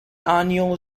annual